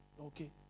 Okay